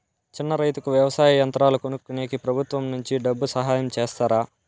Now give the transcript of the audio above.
చిన్న రైతుకు వ్యవసాయ యంత్రాలు కొనుక్కునేకి ప్రభుత్వం నుంచి డబ్బు సహాయం చేస్తారా?